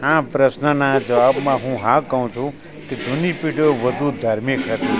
આ પ્રશ્નના જવાબમાં હું હા કહું છું કે જૂની પેઢીઓ વધુ ધાર્મિક હતી